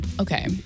Okay